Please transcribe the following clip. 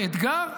זה אתגר,